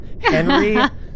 Henry